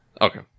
Okay